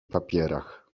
papierach